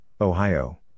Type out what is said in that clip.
Ohio